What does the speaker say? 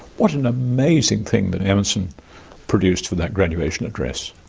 what an amazing thing that emerson produced for that graduation address.